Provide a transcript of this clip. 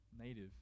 native